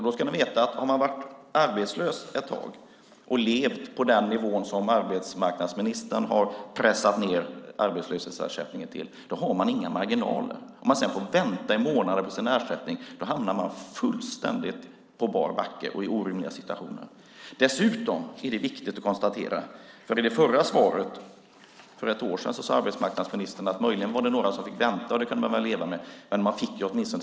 Då ska vi veta att har man varit arbetslös ett tag och levt på den nivå som arbetsmarknadsministern har pressat ned arbetslöshetsersättningen till har man inga marginaler. Om man sedan får vänta i månader på sin ersättning hamnar man fullständigt på bar backe och i orimliga situationer. I svaret för ett år sedan sade arbetsmarknadsministern att det möjligen var några som fick vänta, och det kunde man väl leva med, men de fick åtminstone sin ersättning.